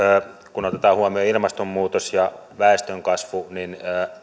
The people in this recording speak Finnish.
kun otetaan huomioon ilmastonmuutos ja väestönkasvu niin